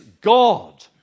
God